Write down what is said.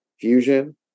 fusion